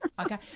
Okay